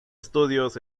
estudios